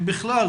אם בכלל,